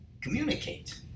communicate